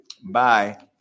bye